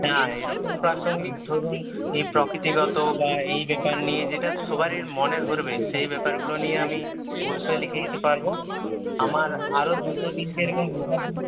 না এরকম প্রাসঙ্গিক ধরুন এই প্রকৃতিগত বা এই ব্যাপার নিয়ে যেটা সবারই মনে ধরবে সেই ব্যাপারগুলো নিয়ে আমি অবশ্যই লিখে দিতে পারব আমার আরও দুটো তিনটে এরকম লেখা রয়েছে